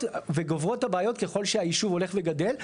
וגוברות הבעיות ככל שהישוב הולך וגדל.